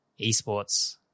esports